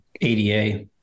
ADA